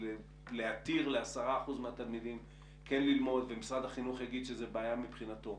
להתיר ל-10% מהתלמידים כן ללמוד ומשרד החינוך יגיד שזה בעיה מבחינתו